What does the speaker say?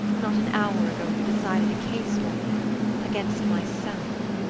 not an hour ago you decided a case for me against myself!